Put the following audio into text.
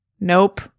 Nope